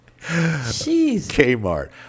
Kmart